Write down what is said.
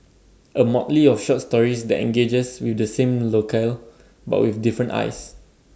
A motley of short stories that engages with the same loco but with different eyes